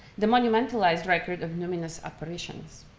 the monumentalized record of numerous operations.